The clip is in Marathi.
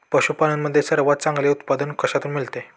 पशूपालन मध्ये सर्वात चांगले उत्पादन कशातून मिळते?